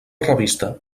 revista